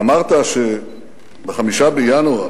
אמרת ב-5 בינואר